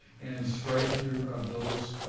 and strike through of those